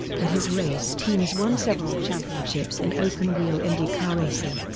and his race teams won several championships in open-wheel indycar racing.